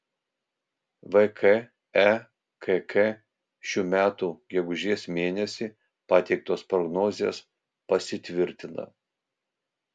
vkekk šių metų gegužės mėnesį pateiktos prognozės pasitvirtina